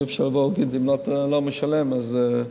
אי-אפשר להגיד: אם אתה לא משלם אז אתה